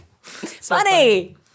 Funny